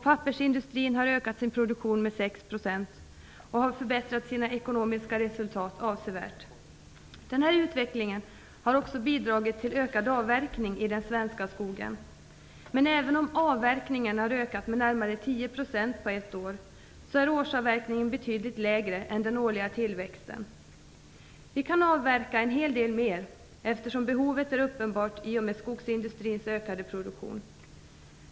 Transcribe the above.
Pappersindustrin har ökat sin produktion med 6 % och har förbättrat sina ekonomiska resultat avsevärt. Den här utvecklingen har också bidragit till ökad avverkning i den svenska skogen. Men även om avverkningen har ökat med närmare 10 % på ett år är årsavverkningen betydligt lägre än den årliga tillväxten. Vi kan avverka en hel del mer, eftersom behovet är uppenbart i och med skogsindustrins ökade produktion.